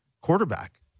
quarterback